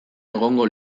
egongo